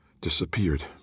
disappeared